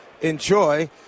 enjoy